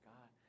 God